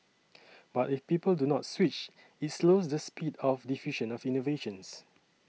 but if people do not switch it slows the speed of diffusion of innovations